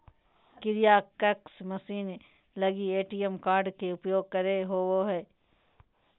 kiosk machine लगी ATM card के उपयोग करे होबो हइ